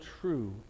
true